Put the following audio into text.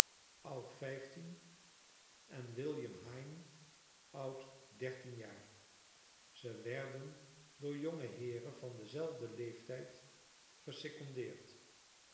vijftien en william hine oud dertien jaar ze werden door jongeheeren van denzelfden leeftijd gesecondeerd